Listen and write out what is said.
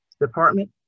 department